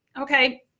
okay